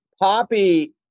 Poppy